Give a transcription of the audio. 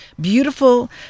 beautiful